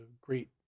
great